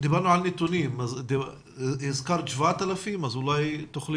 דיברנו על נתונים והזכרת 7,000. האם תוכלי